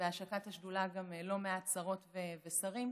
ובהשקת השדולה, גם לא מעט שרות ושרים,